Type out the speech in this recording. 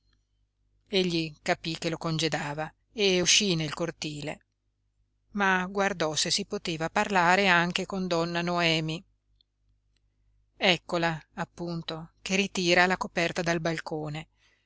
capí che lo congedava e uscí nel cortile ma guardò se si poteva parlare anche con donna noemi eccola appunto che ritira la coperta dal balcone